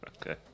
Okay